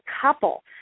couple